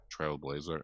Trailblazer